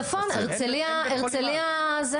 צפון, הרצליה מערב.